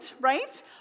right